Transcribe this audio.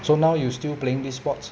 so now you still playing this sports